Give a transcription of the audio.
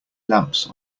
lamps